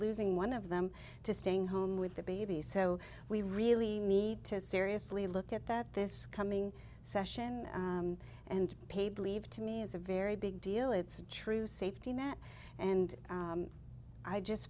losing one of them to staying home with the baby so we really need to seriously look at that this coming session and paid leave to me is a very big deal it's true safety net and i just